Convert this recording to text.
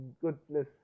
goodness